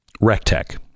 Rectech